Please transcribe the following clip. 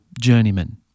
Journeyman